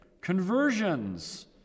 Conversions